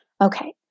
Okay